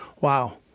Wow